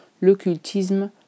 l'occultisme